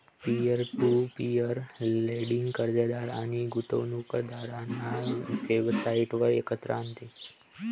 peer to peer lending कर्जदार आणि गुंतवणूकदारांना वेबसाइटवर एकत्र आणते